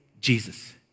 Jesus